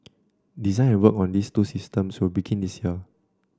design and work on these two systems will begin this year